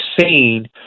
seen